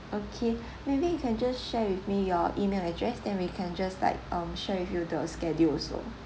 okay maybe you can just share with me your email address then we can just like um share with you the schedule also